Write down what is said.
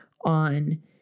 on